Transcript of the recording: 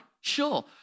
sure